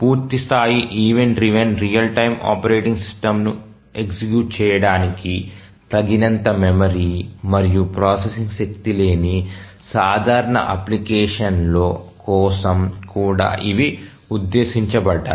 పూర్తిస్థాయి event driven real time operating సిస్టమ్ను execute చేయడానికి తగినంత మెమరీ మరియు ప్రాసెసింగ్ శక్తి లేని సాధారణ అప్లికేషన్ల కోసం కూడా ఇవి ఉద్దేశించబడ్డాయి